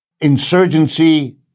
Insurgency